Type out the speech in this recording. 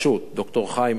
ד"ר חיים אילוז,